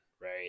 right